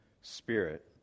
spirit